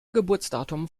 geburtsdatum